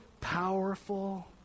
powerful